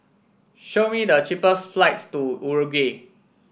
show me the cheapest flights to Uruguay